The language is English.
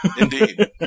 Indeed